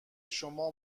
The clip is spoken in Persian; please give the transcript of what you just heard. شما